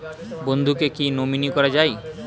বন্ধুকে কী নমিনি করা যায়?